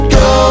go